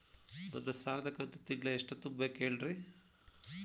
ನನ್ನ ಸಾಲದ ಕಂತು ತಿಂಗಳ ಎಷ್ಟ ತುಂಬಬೇಕು ಹೇಳ್ರಿ?